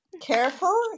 Careful